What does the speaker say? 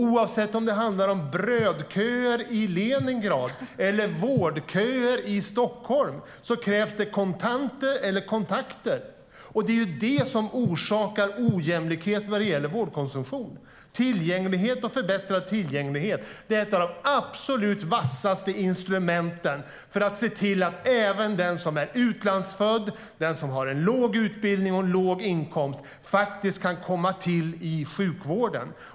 Oavsett om det handlar om brödköer i Leningrad eller vårdköer i Stockholm krävs det kontanter eller kontakter. Det är det som orsakar ojämlikhet vad gäller vårdkonsumtion. Förbättrad tillgänglighet är ett av de absolut vassaste instrumenten för att se till att även den som är utlandsfödd, den som har låg utbildning och den som har låg inkomst faktiskt kan komma till i sjukvården.